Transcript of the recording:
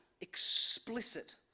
explicit